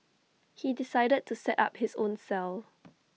he decided to set up his own cell